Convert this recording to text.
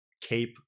cape